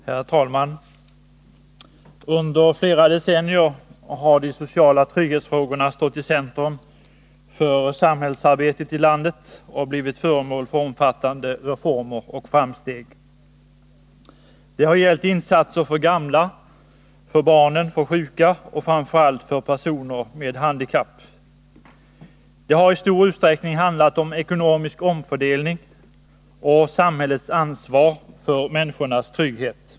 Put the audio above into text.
Herr talman! Under flera decennier har den sociala tryggheten stått i centrum för samhällsarbetet i landet och blivit föremål för omfattande reformer och framsteg. Det har gällt insatser för gamla, för barn, för sjuka och framför allt för personer med handikapp. I stor utsträckning har det handlat om ekonomisk omfördelning och om samhällets ansvar för människornas trygghet.